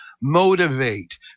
motivate